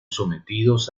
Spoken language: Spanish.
sometidos